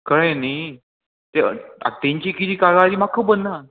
कळ्ळें न्ही तें आतां तेंची किदें कागाळ ती म्हाका खबर ना